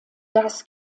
das